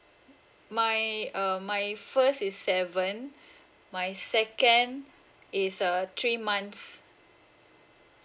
my um my first is seven my second is err three months